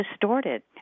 distorted